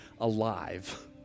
alive